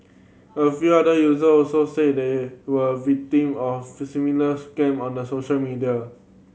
a few other user also said they were victim of fee similar scam on the social media